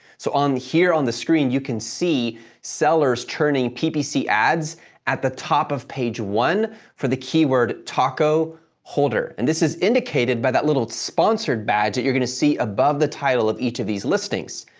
so, on here on the screen, you can see sellers turning ppc ads at the top of page one for the keyword taco holder, and this is indicated by that little sponsored badge that you're going to see above the title of each of these listings.